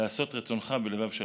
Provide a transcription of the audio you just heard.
לעשות רצונך בלבב שלם".